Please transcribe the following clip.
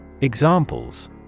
Examples